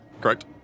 Correct